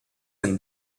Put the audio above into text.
and